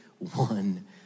One